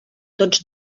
tots